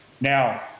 Now